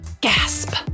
Gasp